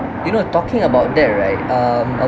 you know talking about that right um